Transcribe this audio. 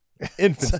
infant